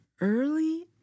Early